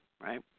right